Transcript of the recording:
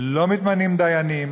לא מתמנים דיינים.